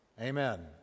Amen